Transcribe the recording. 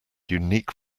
unique